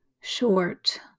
short